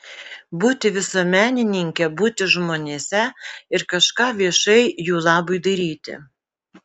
būti visuomenininke būti žmonėse ir kažką viešai jų labui daryti